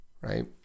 right